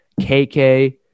KK